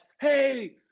hey